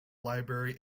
library